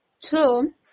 two